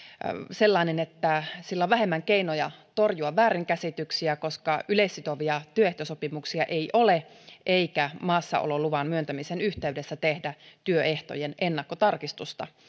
sellainen että sillä on vähemmän keinoja torjua väärinkäsityksiä koska yleissitovia työehtosopimuksia ei ole eikä maassaololuvan myöntämisen yhteydessä tehdä työehtojen ennakkotarkistusta